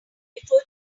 before